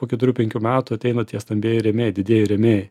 po keturių penkių metų ateina tie stambieji rėmėjai didieji rėmėjai